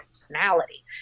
personality